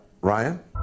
Ryan